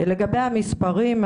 לגבי המספרים,